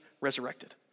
resurrected